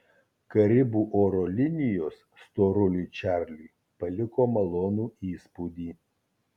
karibų oro linijos storuliui čarliui paliko malonų įspūdį